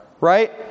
right